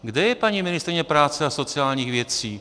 Kde je paní ministryně práce a sociálních věcí?